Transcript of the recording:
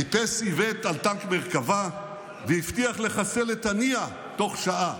טיפס איווט על טנק מרכבה והבטיח לחסל את הנייה תוך שעה.